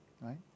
Right